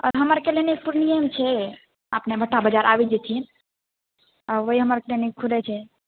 आओर हमर क्लिनिक पूर्णियेँमे छै अपने भट्टा बजार आबि जेथिन वहीं हमर क्लिनिक खुलल छै